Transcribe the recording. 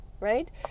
Right